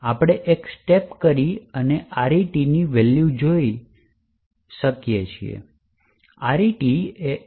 આપણે એક સ્ટેપ કરી અને RET ની વેલ્યુ જોઈ ને કરી શકીએ